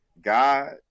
God